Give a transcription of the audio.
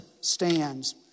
stands